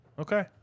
Okay